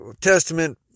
Testament